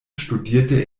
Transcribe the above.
studierte